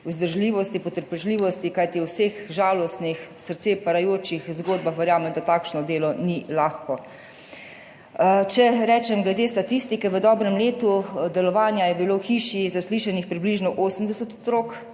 vzdržljivosti, potrpežljivosti, kajti ob vseh žalostnih, srce parajočih zgodbah verjamem, da takšno delo ni lahko. Če rečem glede statistike, v dobrem letu delovanja je bilo v hiši zaslišanih približno 80 otrok,